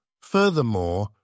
Furthermore